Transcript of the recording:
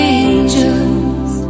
angels